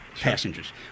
passengers